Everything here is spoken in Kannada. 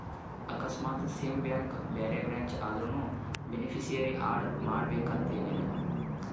ಆಕಸ್ಮಾತ್ ಸೇಮ್ ಬ್ಯಾಂಕ್ ಬ್ಯಾರೆ ಬ್ರ್ಯಾಂಚ್ ಆದ್ರುನೂ ಬೆನಿಫಿಸಿಯರಿ ಆಡ್ ಮಾಡಬೇಕನ್ತೆನಿಲ್ಲಾ